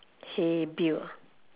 hey bill